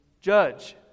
judge